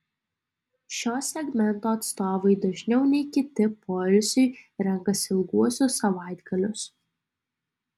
šio segmento atstovai dažniau nei kiti poilsiui renkasi ilguosius savaitgalius